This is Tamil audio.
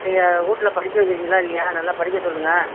நீங்கள் வீட்டுல படிக்க வைக்கிறிங்களா இல்லையா நல்லா படிக்க சொல்லுங்கள்